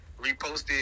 reposted